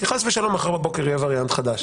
כי, חס ושלום, מחר בבוקר יהיה וריאנט חדש